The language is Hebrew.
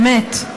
באמת.